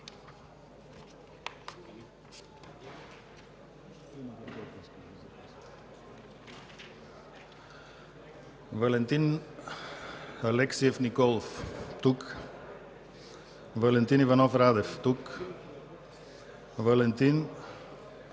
Валентин Алексиев Николов- тук Валентин Иванов Радев- тук Валентин